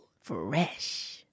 Fresh